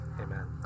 Amen